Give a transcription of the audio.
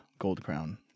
Goldcrown